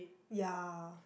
ya